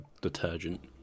detergent